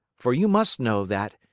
for you must know that,